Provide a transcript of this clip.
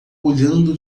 olhando